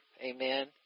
Amen